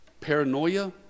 paranoia